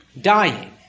dying